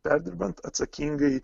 perdirbant atsakingai